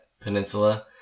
peninsula